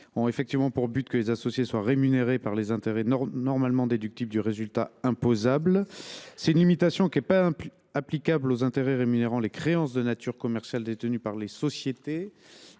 aux associés ont pour but que les associés soient rémunérés par les intérêts normalement déductibles du résultat imposable. Cette limitation n’est pas applicable aux intérêts rémunérant les créances de nature commerciale détenues par les sociétés.